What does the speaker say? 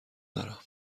دارم